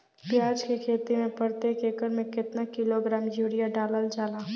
प्याज के खेती में प्रतेक एकड़ में केतना किलोग्राम यूरिया डालल जाला?